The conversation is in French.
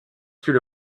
tuent